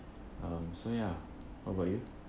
um so ya what about you